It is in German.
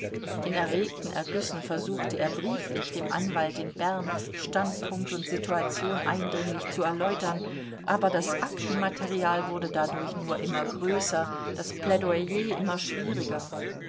in erregten ergüssen versuchte er brieflich dem anwalt in bern standpunkt und situation eindringlich zu erläutern aber das aktenmaterial wurde dadurch nur immer größer das plädoyer immer schwieriger